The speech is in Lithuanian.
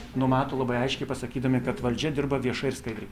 numato labai aiškiai pasakydami kad valdžia dirba viešai ir skaidriai